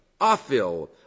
afil